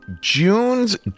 June's